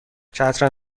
چترم